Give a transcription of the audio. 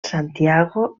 santiago